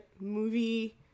movie